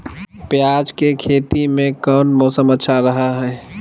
प्याज के खेती में कौन मौसम अच्छा रहा हय?